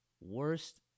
worst